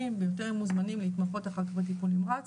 הם יותר ממוזמנים להתמחות אחר כך בטיפול נמרץ,